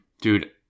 Dude